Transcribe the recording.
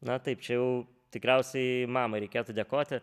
na taip čia jau tikriausiai mamai reikėtų dėkoti